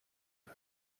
کنه